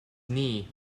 knee